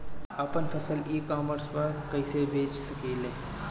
आपन फसल e commerce पर कईसे बेच सकिले?